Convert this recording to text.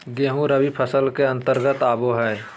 गेंहूँ रबी फसल के अंतर्गत आबो हय